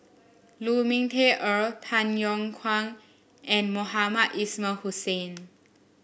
Lu Ming Teh Earl Tay Yong Kwang and Mohamed Ismail Hussain